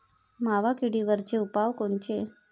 मावा किडीवरचे उपाव कोनचे?